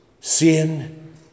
sin